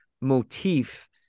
motif